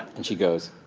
and she goes,